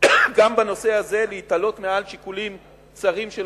גם בנושא הזה להתעלות מעל שיקולים צרים של